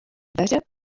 dveře